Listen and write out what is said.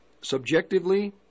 subjectively